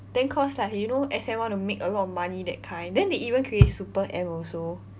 then cause like you know S_M want to make a lot of money that kind then they even create super M also